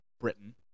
Britain